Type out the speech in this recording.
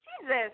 Jesus